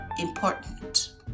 important